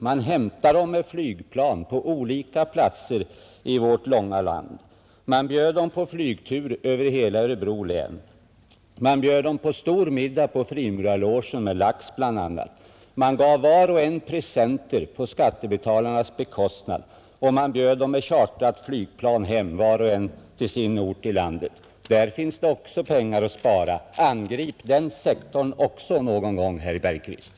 Man hämtade dem med flygplan på olika platser i vårt långa land, man bjöd dem på flygtur över hela Örebro län, man bjöd dem på stor middag på Frimurarelogen med lax bl.a., man gav var och en presenter på skattebetalarnas bekostnad, och man flög dem med chartrat flygplan hem, var och en till sin ort i landet. Där finns det också pengar att spara. Angrip den sektorn också någon gång, herr Bergqvist.